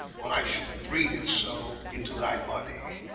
or i should breathe it so into thy body,